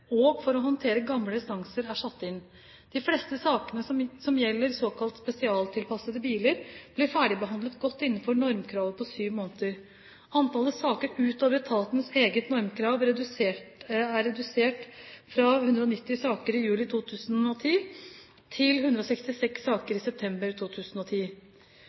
og for å håndtere gamle restanser er satt inn. De fleste sakene som gjelder såkalte spesialtilpassede biler, blir ferdigbehandlet godt innenfor normkravet på sju måneder. Antall saker utover etatens eget normkrav er redusert fra 190 saker i juli 2010 til 166 saker i september 2010.